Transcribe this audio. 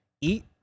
eat